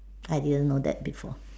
I didn't know that before